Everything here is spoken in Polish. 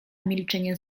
milczenie